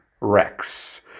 Rex